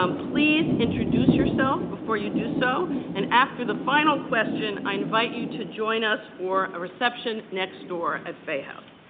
um please introduce yourself before you do so. and after the final question, i invite you to join us for a reception next door at fay house.